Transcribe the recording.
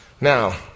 Now